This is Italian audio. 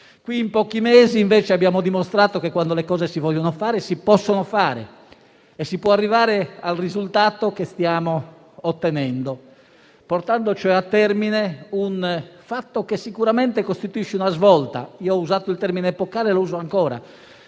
Ora, in pochi mesi, invece, abbiamo dimostrato che le cose, quando si vuole, si possono fare e si può arrivare al risultato che stiamo ottenendo, portando cioè a termine un fatto che sicuramente costituisce una svolta, per la quale ho usato il termine «epocale» e lo uso ancora,